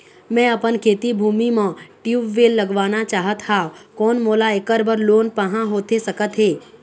मैं अपन खेती भूमि म ट्यूबवेल लगवाना चाहत हाव, कोन मोला ऐकर बर लोन पाहां होथे सकत हे?